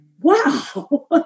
Wow